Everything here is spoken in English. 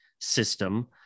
system